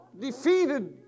defeated